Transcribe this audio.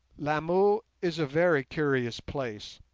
lamu is a very curious place,